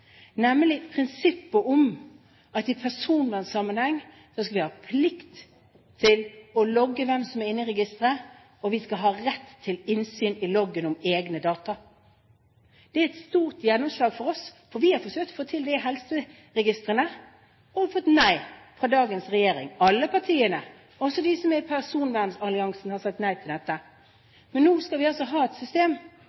nemlig prinsippet om at i personvernsammenheng skal vi ha plikt til å logge hvem som er inne i registeret, og vi skal ha rett til innsyn i loggen om egne data. Det er et stort gjennomslag for oss, for vi har forsøkt å få det til i helseregistrene og fått nei fra dagens regjering – alle partiene, også de som er i personvernalliansen, har sagt nei til dette.